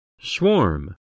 Swarm